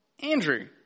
Andrew